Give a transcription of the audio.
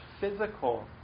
physical